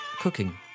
Cooking